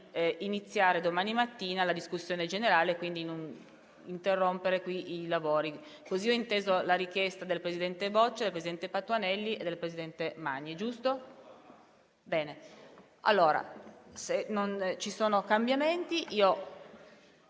iniziare domani mattina la discussione generale e, quindi, di interrompere qui i nostri lavori. Così ho inteso la richiesta avanzata dal presidente Boccia, dal presidente Patuanelli e dal presidente Magni.